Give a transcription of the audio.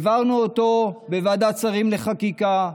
העברנו אותו בוועדת שרים לחקיקה,